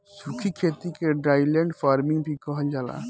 सूखी खेती के ड्राईलैंड फार्मिंग भी कहल जाला